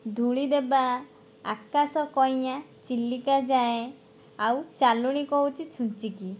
ଧୂଳିଦେବା ଆକାଶ କଇଁଆ ଚିଲିକା ଯାଏଁ ଆଉ ଚାଲୁଣି କହୁଛି ଛୁଞ୍ଚି କି